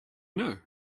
know